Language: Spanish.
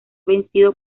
vencido